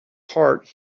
heart